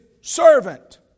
servant